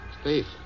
Steve